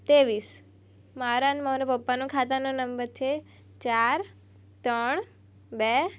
ત્રેવીસ મારા ન મારા પપ્પાના ખાતાનો નંબર છે ચાર ત્રણ બે